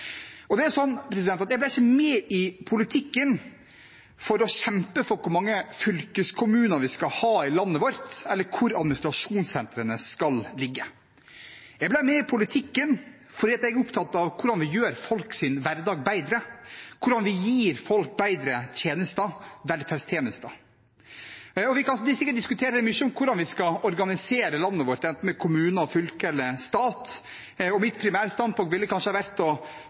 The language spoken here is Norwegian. fordi jeg er opptatt av hvordan vi gjør folks hverdag bedre, hvordan vi gir folk bedre tjenester, velferdstjenester. Vi kan sikkert diskutere mye hvordan vi skal organisere landet vårt, med tanke på enten kommune, fylke eller stat. Mitt primærstandpunkt ville kanskje ha vært å